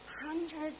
Hundreds